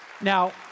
Now